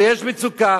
ויש מצוקה,